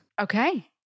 Okay